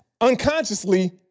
unconsciously